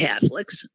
Catholics